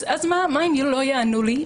אז מה אם לא יענו לי?